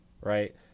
right